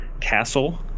castle